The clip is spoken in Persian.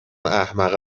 احمقه